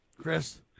Chris